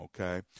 Okay